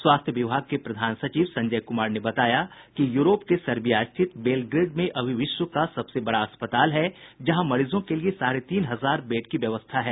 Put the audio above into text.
स्वास्थ्य विभाग के प्रधान सचिव संजय कुमार ने बताया कि यूरोप के सर्बिया स्थित बेलग्रेड में अभी विश्व का सबसे बड़ा अस्पताल है जहां मरीजों के लिए साढे तीन हजार बेड की व्यवस्था है